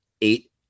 eight